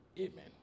Amen